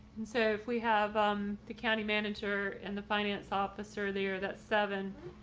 and so if we have um the county manager and the finance officer there that seven,